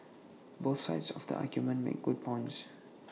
both sides of the argument make good points